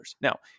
Now